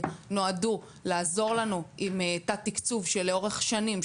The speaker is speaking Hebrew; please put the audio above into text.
נועדו לעזור לנו עם תת-תקצוב שלאורך שנים,